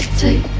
take